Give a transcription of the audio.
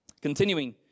Continuing